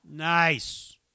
Nice